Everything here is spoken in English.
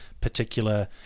particular